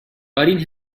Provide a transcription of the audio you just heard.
letting